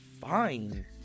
fine